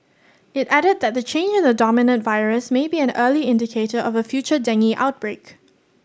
it added that the change in the dominant virus may be an early indicator of a future dengue outbreak